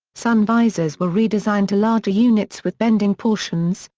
sunvisors were redesigned to larger units with bending portions,